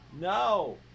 No